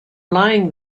lying